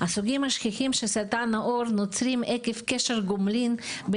הסוגים השכיחים של סרטן העור נוצרים עקב קשר גומלין של